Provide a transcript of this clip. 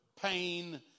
pain